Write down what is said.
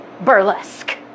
burlesque